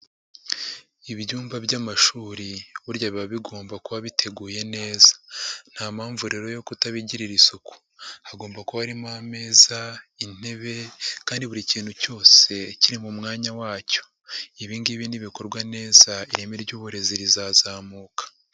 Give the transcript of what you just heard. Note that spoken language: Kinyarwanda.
Ibyumba by'amashuri burya biba bigomba kuba biteguye neza. Nta mpamvu rero yo kutabigirira isuku. Hagomba kuba harimo ameza, intebe kandi buri kintu cyose kiri mu mwanya wacyo. Ibi ngibi nibikorwa neza ireme ry'uburezi rizazamuka.